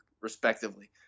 respectively